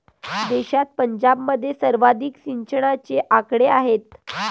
देशात पंजाबमध्ये सर्वाधिक सिंचनाचे आकडे आहेत